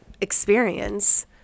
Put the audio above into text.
experience